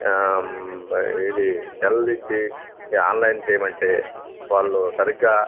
ఇది సెల్ ఇచ్చి ఆన్లైన్ పేమెంటే వాళ్ళు సరిగ్గా